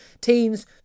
teens